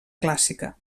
clàssica